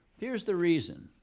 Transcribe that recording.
here's the reason.